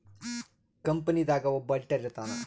company ದಾಗ ಒಬ್ಬ auditor ಇರ್ತಾನ